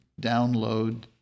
download